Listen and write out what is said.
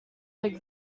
its